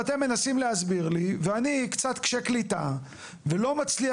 אתם מנסים להסביר לי ואני קצת קשה קליטה ולא מצליח